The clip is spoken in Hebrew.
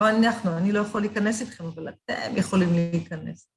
או אנחנו, אני לא יכול להיכנס איתכם, אבל אתם יכולים להיכנס.